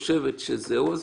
שזה קריטי אז